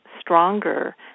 stronger